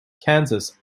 kansas